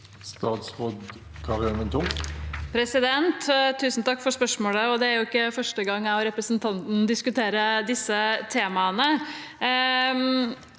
Statsråd Karianne O. Tung Tusen takk for spørsmålet. Det er ikke første gang jeg og representanten diskuterer disse temaene.